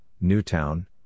Newtown